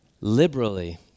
liberally